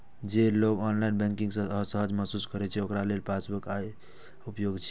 जे लोग online banking मे असहज महसूस करै छै, ओकरा लेल पासबुक आइयो उपयोगी छै